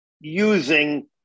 using